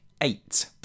eight